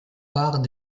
part